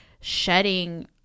shedding